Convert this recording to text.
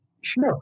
Sure